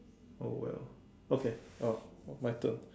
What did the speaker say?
oh well okay oh my turn